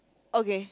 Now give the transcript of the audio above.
okay